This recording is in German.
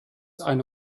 eine